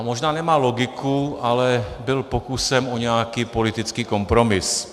Možná nemá logiku, ale byl pokusem o nějaký politický kompromis.